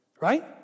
right